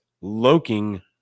looking